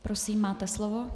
Prosím, máte slovo.